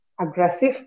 aggressive